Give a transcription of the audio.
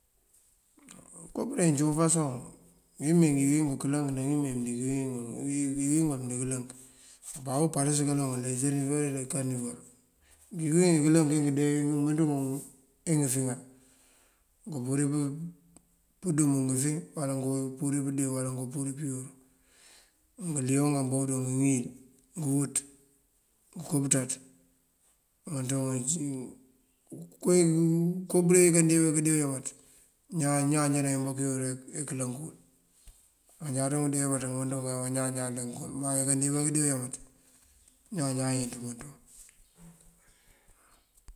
Ngënko bëreŋ acum ufasoŋ ngëwín ngëloŋ këlënk ná ngí mee ngëwín ngëloŋ mëndíŋ këlënk. Nasiyën baţí apatës kaloŋ ngël. Ngí kuwín ngí këlënk ajá ngáron ngúnfíŋar ngonko apurir pëndum ngëfíŋ wula pëndeewu kom ngëliyoŋ, ngëŋíl, ngëwuţ, ngënko pëţaţ ngëmënţun ngun sí. unko bëreŋ uwí kandee ba kënde uyámaţ iñaan, iñaan ajá nawín bá uwul këlënk. Amat ngáandíţ ngunk kandee uyámaţ má ngí kandee ngun uyámaţ iñaan najá nawín ngël nëlënk.